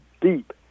deep